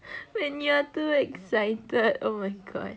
when you are too excited oh my god